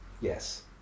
Yes